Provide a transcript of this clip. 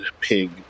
Pig